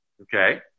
Okay